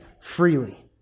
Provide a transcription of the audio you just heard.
freely